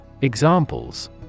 Examples